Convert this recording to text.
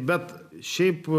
bet šiaip